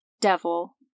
devil